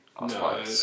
No